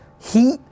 heat